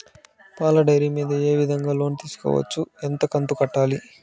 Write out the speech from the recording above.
పాల డైరీ మీద ఏ విధంగా లోను తీసుకోవచ్చు? ఎంత కంతు కట్టాలి?